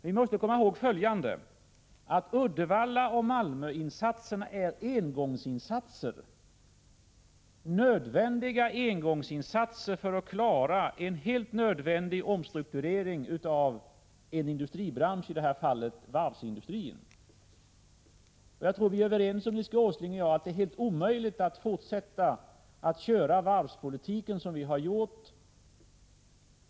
Man måste komma ihåg följande: Uddevallaoch Malmöinsatserna är nödvändiga engångsinsatser för att klara av en helt nödvändig omstrukturering av en industribransch, i det här fallet varvsindustrin. Jag tror att vi är överens om, Nils G. Åsling och jag, att det är helt omöjligt att fortsätta köra varvspolitiken som vi har gjort.